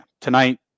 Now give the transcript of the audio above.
tonight